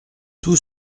tout